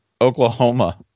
Oklahoma